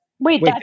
Wait